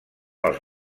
els